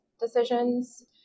decisions